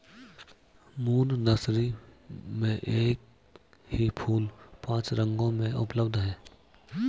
moon nursery में एक ही फूल पांच रंगों में उपलब्ध है